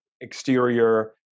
exterior